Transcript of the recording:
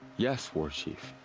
yes, warchief.